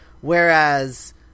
Whereas